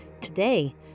Today